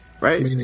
Right